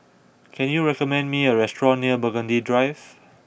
can you recommend me a restaurant near Burgundy Drive